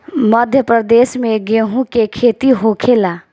मध्यप्रदेश में गेहू के खेती होखेला